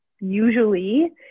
usually